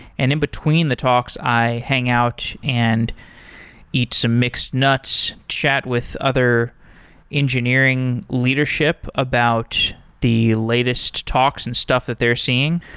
and in between the talks i hang out and eat some mixed nuts, chat with other engineering leadership about the latest talks and stuff that they're seeing,